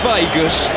Vegas